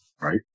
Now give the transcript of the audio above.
right